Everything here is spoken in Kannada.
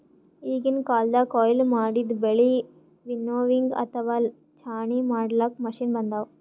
ಈಗಿನ್ ಕಾಲ್ದಗ್ ಕೊಯ್ಲಿ ಮಾಡಿದ್ದ್ ಬೆಳಿ ವಿನ್ನೋವಿಂಗ್ ಅಥವಾ ಛಾಣಿ ಮಾಡ್ಲಾಕ್ಕ್ ಮಷಿನ್ ಬಂದವ್